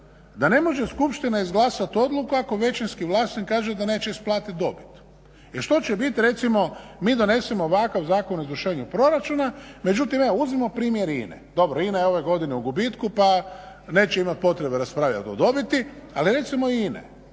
da ne može skupština izglasati odluku ako većinski vlasnik kaže da neće isplatiti dobit. Jer što će biti recimo mi donesemo ovakav Zakon o izvršenju proračuna, međutim evo uzmimo primjer INA-e. Dobro INA je ove godine u gubitku, pa neće imati potrebe raspravljati o dobiti. Ali recimo INA-e,